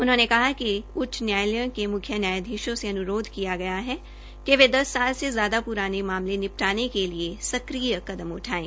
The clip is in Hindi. उन्होंने कहा कि उच्च न्यायालयों के मुख्य न्यायाधीशें से अनुरोध किया गया है कि वे दस साल से ज्याद पुराने मामले निपटाने के लिए सक्रिय कदम उठाये